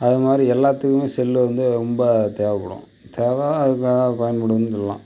அதுமாதிரி எல்லாத்துக்குமே செல்லு வந்து ரொம்ப தேவைப்படும் தேவை அதுக்காகப் பயன்படுதுன்னு சொல்லலாம்